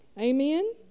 Amen